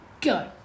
go